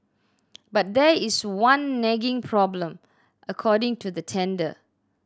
but there is one nagging problem according to the tender